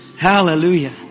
Hallelujah